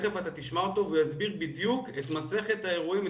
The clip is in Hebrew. תיכף אתה תשמע אותו והוא יסביר את מסכת האירועים,